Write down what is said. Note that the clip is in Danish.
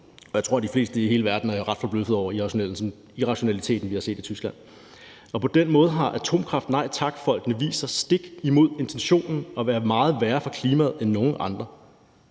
jeg tror, at de fleste i hele verden er ret forbløffet over irrationaliteten, vi har set i Tyskland. På den måde har Atomkraft? Nej tak-folkene stik imod intentionen vist sig at være meget værre for klimaet end nogle andre.